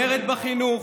מרד בחינוך,